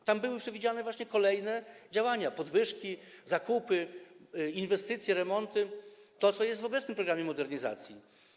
A tam były przewidziane kolejne działania, podwyżki, zakupy, inwestycje, remonty, to, co jest w obecnym programie modernizacji.